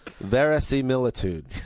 verisimilitude